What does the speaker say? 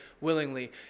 willingly